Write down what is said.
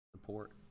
support